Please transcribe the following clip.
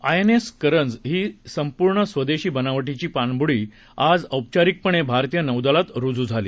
I N S Karanj ही संपूर्णपणे स्वदेशी बनावटीची पाणबुडी आज औपचारिकपणे भारतीय नौदलात रूजू झाली